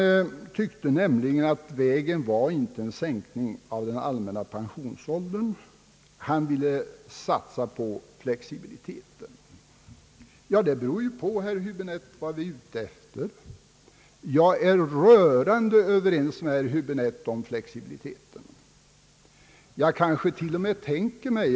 Han tyckte nämligen att vi inte borde gå vägen att sänka pensionsåldern, utan han ville satsa på flexibilitet. Det beror på, herr Höäbinette, vad vi är ute efter. Jag är rörande överens med herr Häbinette om att det i fråga om pensionsåldern är angeläget med flexibilitet.